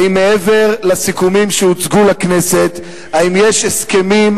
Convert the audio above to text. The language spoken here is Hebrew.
האם מעבר לסיכומים שהוצגו לכנסת יש הסכמים,